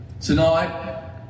Tonight